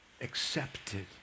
accepted